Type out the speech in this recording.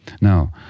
Now